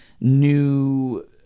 new